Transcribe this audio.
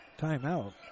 timeout